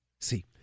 See